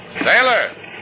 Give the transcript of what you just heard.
Sailor